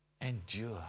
endure